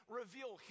reveal